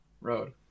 road